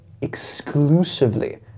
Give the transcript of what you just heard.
exclusively